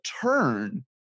turn